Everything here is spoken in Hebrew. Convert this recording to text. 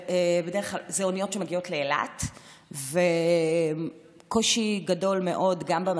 מדובר באוניות שמגיעות לאילת ויש קושי גדול גם במסע.